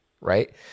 Right